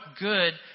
good